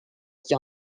qui